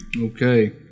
Okay